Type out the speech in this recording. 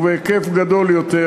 ובהיקף גדול יותר,